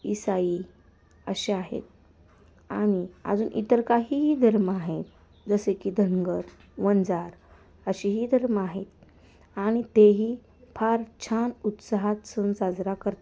ईसाई असे आहेत आणि अजून इतर काहीही धर्म आहेत जसे की धनगर वंजार अशीही धर्म आहेत आणि तेही फार छान उत्साहात सण साजरा करतात